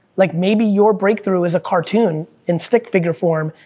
like maybe your breakthrough is a cartoon, in stick figure form,